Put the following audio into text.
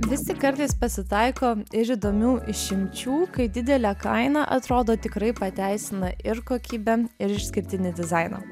vis tik kartais pasitaiko ir įdomių išimčių kai didelė kaina atrodo tikrai pateisina ir kokybę ir išskirtinį dizainą